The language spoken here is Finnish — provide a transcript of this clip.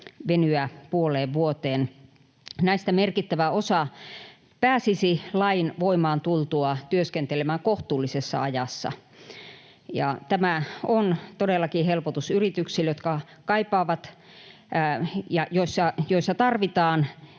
venyä puoleen vuoteen. Näistä merkittävä osa pääsisi lain voimaan tultua työskentelemään kohtuullisessa ajassa, ja tämä on todellakin helpotus yrityksille, jotka kaipaavat ja joissa tarvitaan